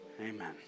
Amen